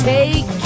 Take